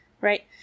Right